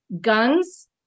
guns